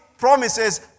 Promises